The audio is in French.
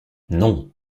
non